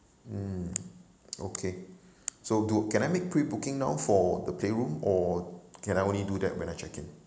hmm okay so do can I make pre booking now for the playroom or can I only do that when I check in